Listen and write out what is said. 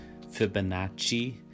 Fibonacci